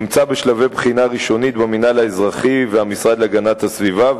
נמצא בשלבי בחינה ראשונית במינהל האזרחי והמשרד להגנת הסביבה,